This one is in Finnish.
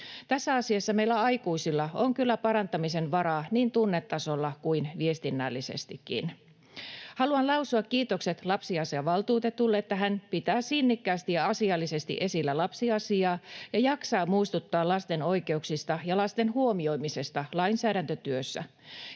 Tässä asiassa meillä aikuisilla on kyllä parantamisen varaa niin tunnetasolla kuin viestinnällisestikin. Haluan lausua kiitokset lapsiasiavaltuutetulle, että hän pitää sinnikkäästi ja asiallisesti esillä lapsiasiaa ja jaksaa muistuttaa lasten oikeuksista ja lasten huomioimisesta lainsäädäntötyössä.